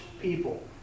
people